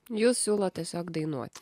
jūs siūlot tiesiog dainuoti